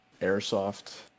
airsoft